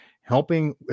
helping